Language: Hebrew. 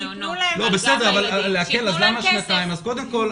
אבל למה שנתיים?